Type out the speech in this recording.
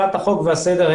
אכיפת החוק והסדר,